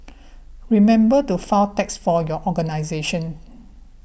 remember to file tax for your organisation